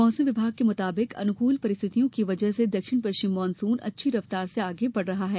मौसम विभाग के मुताबिक अनुकूल परिस्थितियों की वजह से दक्षिण पश्चिम मानसून अच्छी रफ्तार से आगे बढ़ रहा है